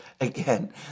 again